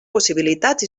possibilitats